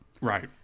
right